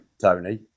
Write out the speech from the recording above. Tony